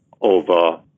over